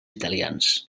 italians